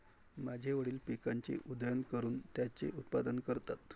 माझे वडील पिकाची उधळण करून त्याचे उत्पादन करतात